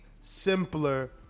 simpler